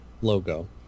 logo